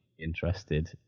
interested